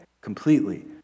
completely